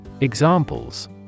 Examples